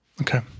Okay